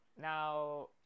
Now